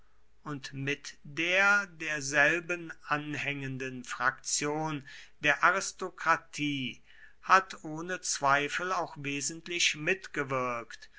und mit der derselben anhängenden fraktion der aristokratie hat ohne zweifel auch wesentlich mitgewirkt